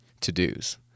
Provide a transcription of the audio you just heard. to-dos